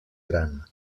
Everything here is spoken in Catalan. gran